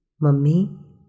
Mummy